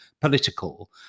political